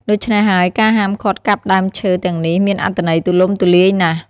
ដូច្នេះហើយ ការហាមឃាត់កាប់ដើមឈើទាំងនេះមានអត្ថន័យទូលំទូលាយណាស់។